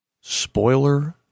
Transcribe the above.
Spoiler